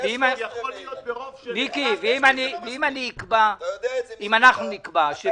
אם אנחנו נקבע,